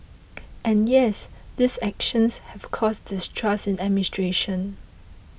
and yes these actions have caused distrust in administration